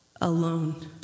alone